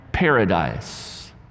paradise